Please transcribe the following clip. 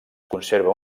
conserva